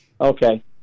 Okay